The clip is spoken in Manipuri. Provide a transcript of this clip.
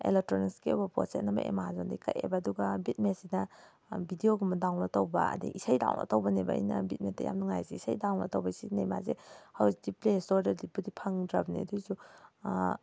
ꯑꯦꯂꯦꯛꯇ꯭ꯔꯣꯅꯤꯛꯁꯀꯤ ꯑꯣꯏꯕ ꯄꯣꯠꯁꯦ ꯑꯅꯝꯕꯅ ꯑꯦꯃꯥꯖꯣꯟꯗꯒꯤ ꯀꯛꯑꯦꯕ ꯑꯗꯨꯒ ꯕꯤꯠꯃꯦꯠꯁꯤꯅ ꯕꯤꯗꯤꯑꯣꯒꯨꯝꯕ ꯗꯥꯎꯟꯂꯣꯗ ꯇꯧꯕ ꯑꯗꯩ ꯏꯁꯩ ꯗꯥꯎꯟꯂꯣꯗ ꯇꯧꯕꯅꯦꯕ ꯑꯩꯅ ꯕꯤꯠꯃꯦꯠꯇ ꯌꯥꯝ ꯅꯨꯡꯉꯥꯏꯔꯤꯁꯦ ꯏꯁꯩ ꯗꯥꯎꯟꯂꯣꯗ ꯇꯧꯕ ꯁꯤꯅꯦꯃꯥꯁꯦ ꯍꯧꯖꯤꯛꯇꯤ ꯄ꯭ꯂꯦ ꯏꯁꯇꯣꯔꯗꯗꯤ ꯕꯤꯠꯇꯣ ꯐꯪꯗ꯭ꯔꯕꯅꯦ ꯑꯗꯨꯑꯣꯏꯁꯨ